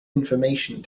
information